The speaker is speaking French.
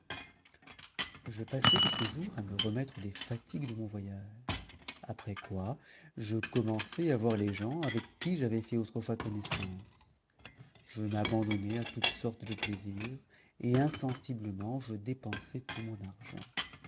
je passai quelques jours à me remettre des fatigues de mon voyage après quoi je commençai à voir les gens avec qui j'avais fait autrefois connaissance je m'abandonnai à toutes sortes de plaisirs et insensiblement je dépensai tout mon argent